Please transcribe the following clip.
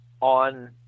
on